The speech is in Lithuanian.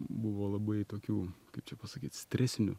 buvo labai tokių kaip čia pasakyt stresinių